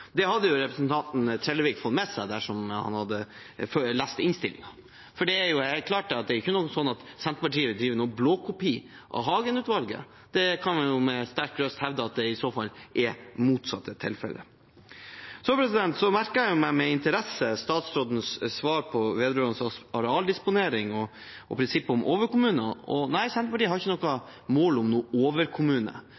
Det hadde representanten Trellevik fått med seg dersom han hadde lest innstillingen. Det er ikke sånn at Senterpartiet driver med blåkopi av Hagen-utvalget. Vi kan med sterk røst hevde at det i så fall er det motsatte som er tilfellet. Jeg merket meg med interesse statsrådens svar vedrørende arealdisponering og prinsippet om overkommuner. Nei, Senterpartiet har ikke noe